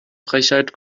frechheit